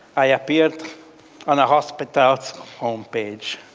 i appeared on a hospital's home page.